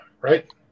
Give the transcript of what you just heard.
right